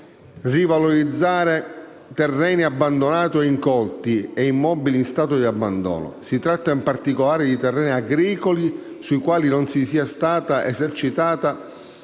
rivalorizzare terreni abbandonati o incolti e immobili in stato di abbandono. Si tratta, in particolare, di terreni agricoli su cui non sia stata esercitata